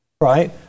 right